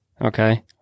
Okay